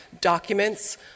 documents